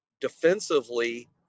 defensively